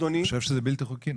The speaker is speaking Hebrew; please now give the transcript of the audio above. אדוני --- אני חושב שזה בלתי חוקי,